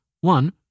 one